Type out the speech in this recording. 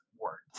words